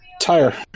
Tire